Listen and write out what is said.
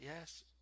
Yes